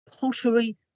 pottery